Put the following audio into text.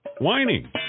whining